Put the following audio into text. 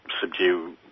subdue